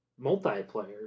multiplayer